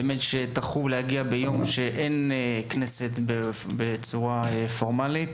שטרחו להגיע ביום שאין כנסת בצורה פורמלית,